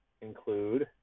include